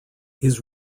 his